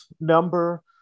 number